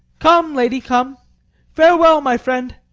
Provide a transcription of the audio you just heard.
come, lady, come farewell, my friend.